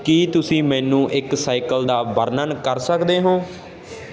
ਕੀ ਤੁਸੀਂ ਮੈਨੂੰ ਇੱਕ ਸਾਈਕਲ ਦਾ ਵਰਣਨ ਕਰ ਸਕਦੇ ਹੋ